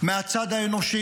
מהצד האנושי,